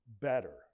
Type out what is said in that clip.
better